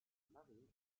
marine